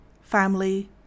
family